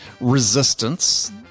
resistance